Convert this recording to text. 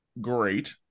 great